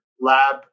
lab